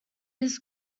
his